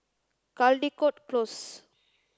Caldecott Close